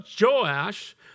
Joash